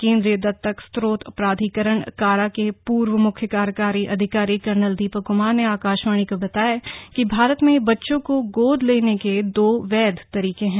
केंद्रीय दत्तक स्त्रोत प्राधिकारण कारा के पूर्व मुख्य कार्यकारी अधिकारी कर्नल दीपक कुमार ने आकाशवाणी को बताया कि भारत में बच्चों को गोद लेने के दो वैध तरीके हैं